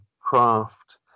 craft